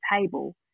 table